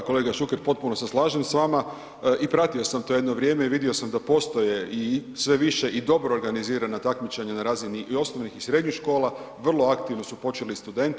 Da, kolega Šuker potpuno se slažem s vama i pratio sam to jedno vrijeme i vidio sam da postoje i sve više i dobro organizirana takmičenja na razini i osnovnih i srednjih škola, vrlo aktivno su počeli i studenti.